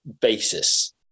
basis